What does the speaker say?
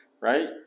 right